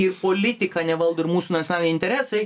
ir politika nevaldo ir mūsų ekonominiai interesai